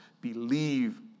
Believe